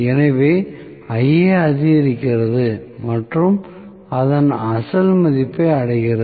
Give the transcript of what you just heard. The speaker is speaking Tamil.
எனவே Ia அதிகரிக்கிறது மற்றும் அதன் அசல் மதிப்பை அடைகிறது